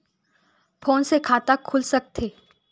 Phone से खाता खुल सकथे?